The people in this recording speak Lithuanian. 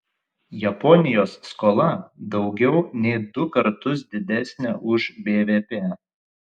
japonijos skola daugiau nei du kartus didesnė už bvp